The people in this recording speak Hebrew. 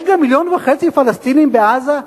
יש גם מיליון וחצי פלסטינים בעזה?